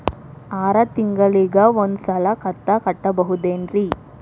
ಆರ ತಿಂಗಳಿಗ ಒಂದ್ ಸಲ ಕಂತ ಕಟ್ಟಬಹುದೇನ್ರಿ?